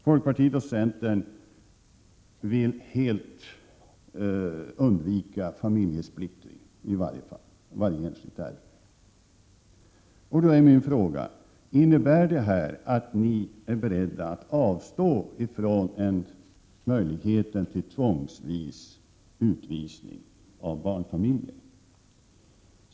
Folkpartiet och centern vill helt undvika familjesplittring i varje enskilt fall. Min fråga är: Innebär detta att ni är beredda att avstå från möjligheten att tvångsvis utvisa barnfamiljer?